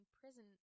prison